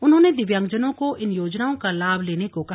उन्होंने दिव्यांगजनों को इन योजनाओं का लाभ लेने को कहा